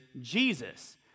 Jesus